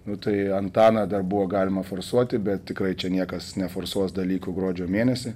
nu tai antaną dar buvo galima forsuoti bet tikrai čia niekas neforsuos dalykų gruodžio mėnesį